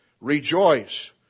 rejoice